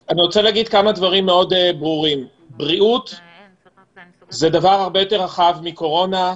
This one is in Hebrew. לכולם, בריאות זה דבר הרבה יותר רחב מקורונה,